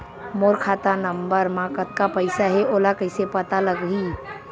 मोर खाता नंबर मा कतका पईसा हे ओला कइसे पता लगी?